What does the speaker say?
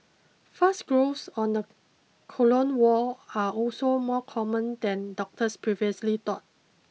fast growths on the colon wall are also more common than doctors previously thought